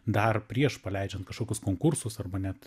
dar prieš paleidžiant kažkokius konkursus arba net